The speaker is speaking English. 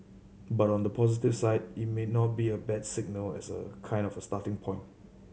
but on the positive side it may not be a bad signal as a kind of starting point